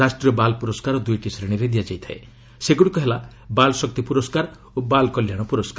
ରାଷ୍ଟ୍ରୀୟ ବାଲ୍ ପୁରସ୍କାର ଦୁଇଟି ଶ୍ରେଣୀରେ ଦିଆଯାଇଥାଏ ସେଗୁଡ଼ିକ ହେଲା ବାଲ୍ ଶକ୍ତି ପୁରସ୍କାର ଓ ବାଲ୍ କଲ୍ୟାଣ ପୁରସ୍କାର